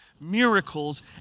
miracles